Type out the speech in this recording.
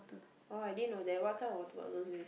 oh I didn't know that what kind of water bottles do you